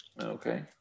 Okay